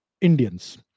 Indians